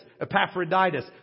Epaphroditus